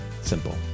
simple